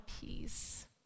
peace